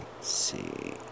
see